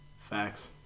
Facts